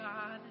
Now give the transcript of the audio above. God